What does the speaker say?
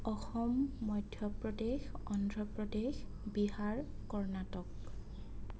Assam Madhya Pradesh Andhra Pradesh Bihar Karnataka